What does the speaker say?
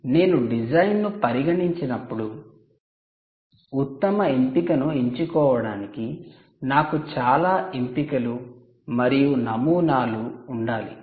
కాబట్టి నేను డిజైన్ను పరిగణించినప్పుడు ఉత్తమ ఎంపికను ఎంచుకోవడానికి నాకు చాలా ఎంపికలు మరియు నమూనాలు ఉండాలి